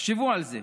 תחשבו על זה,